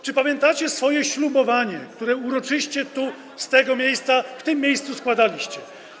Czy pamiętacie swoje ślubowanie, które uroczyście tu, z tego miejsca, w tym miejscu, składaliście.